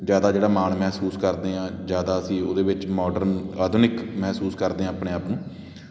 ਜ਼ਿਆਦਾ ਜਿਹੜਾ ਮਾਣ ਮਹਿਸੂਸ ਕਰਦੇ ਹਾਂ ਜ਼ਿਆਦਾ ਅਸੀਂ ਉਹਦੇ ਵਿੱਚ ਮੋਡਰਨ ਆਧੁਨਿਕ ਮਹਿਸੂਸ ਕਰਦੇ ਹਾਂ ਆਪਣੇ ਆਪ ਨੂੰ